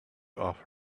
off